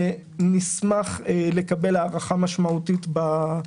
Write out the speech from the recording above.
נשמח לקבל הארכה משמעותית לזה.